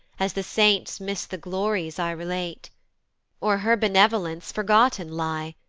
as the saint miss the glories i relate or her benevolence forgotten lie,